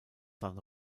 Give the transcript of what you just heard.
san